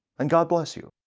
and god bless you.